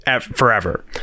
forever